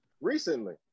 recently